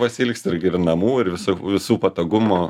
pasiilgsti ir gyven namų ir viso visų patogumų